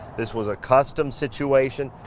this was a custom situation,